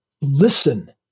listen